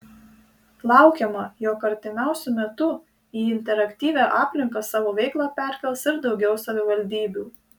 laukiama jog artimiausiu metu į interaktyvią aplinką savo veiklą perkels ir daugiau savivaldybių